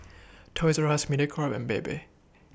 Toys R US Mediacorp and Bebe